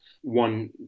One